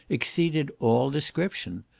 exceeded all description.